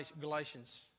Galatians